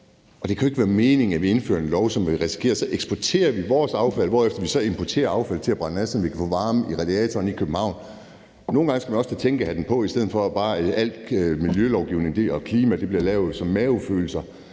Det kan jo ikke være meningen, at vi indfører en lov, så vi risikerer, at vi eksporterer vores affald, hvorefter vi så importerer affald til at brænde af, sådan at vi kan få varme i radiatoren i København. Nogle gange skal man også tage tænkehatten på i stedet for bare at lade al miljølovgivning og klimalovgivning lave efter mavefornemmelser.